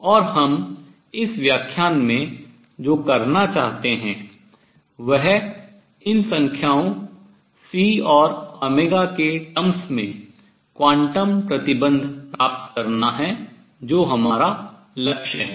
और हम इस व्याख्यान में जो करना चाहते हैं वह इन संख्याओं C और के terms पदों में क्वांटम प्रतिबन्ध प्राप्त करना है जो हमारा लक्ष्य है